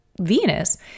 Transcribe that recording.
Venus